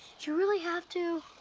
do you really have to?